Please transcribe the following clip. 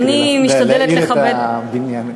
להעיר את המליאה.